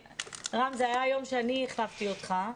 רם, זה היה היום שאני החלפתי אותך.